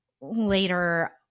later